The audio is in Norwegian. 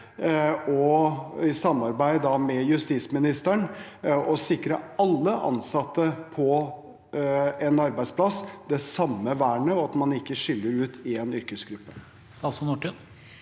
i samarbeid med justisministeren å sikre alle ansatte på en arbeidsplass det samme vernet, og at man ikke skiller ut én yrkesgruppe?